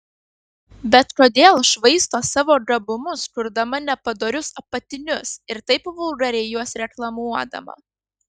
bet kodėl švaisto savo gabumus kurdama nepadorius apatinius ir taip vulgariai juos reklamuodama